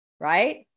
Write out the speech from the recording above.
right